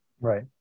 Right